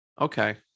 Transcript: Okay